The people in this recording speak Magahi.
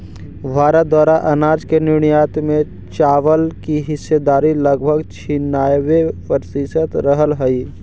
भारत द्वारा अनाज के निर्यात में चावल की हिस्सेदारी लगभग छियानवे प्रतिसत रहलइ हल